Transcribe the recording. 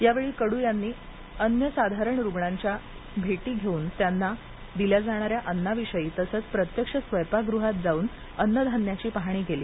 यावेळी कडू यांनी अन्य साधारण रुग्णांच्या भेटी घेऊन त्यांना दिल्या जाणाऱ्या अन्नाविषयी तसच प्रत्यक्ष स्वयपाक गृहात जाऊन अन्न धान्याची पाहणी केली